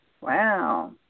Wow